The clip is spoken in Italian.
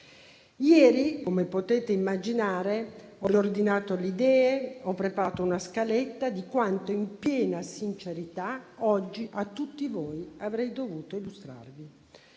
Ieri - come potete immaginare - ho riordinato le idee ed ho preparato una scaletta di quanto, in piena sincerità, oggi a tutti voi avrei dovuto illustrare.